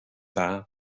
dda